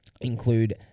include